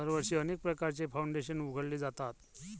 दरवर्षी अनेक प्रकारचे फाउंडेशन उघडले जातात